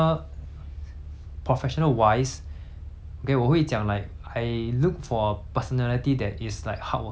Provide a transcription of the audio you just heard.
okay 我会讲 like I look for a personality that is like hardworking like and also like